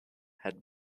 had